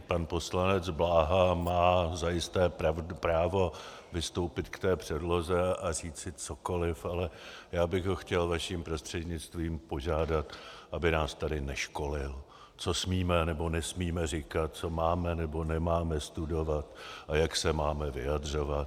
Pan poslanec Bláha má zajisté právo vystoupit k té předloze a říci cokoli, ale já bych ho chtěl vaším prostřednictvím požádat, aby nás tady neškolil, co smíme nebo nesmíme říkat, co máme nebo nemáme studovat a jak se máme vyjadřovat.